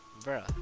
Bruh